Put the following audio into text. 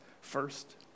first